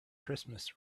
christmas